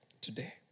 today